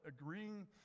agreeing